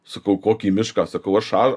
sakau kokį mišką sakau aš ar